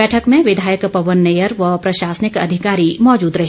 बैठक में विधायक पवन नैयर व प्रशासनिक अधिकारी मौजूद रहे